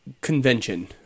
convention